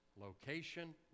Location